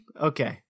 Okay